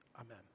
amen